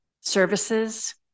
services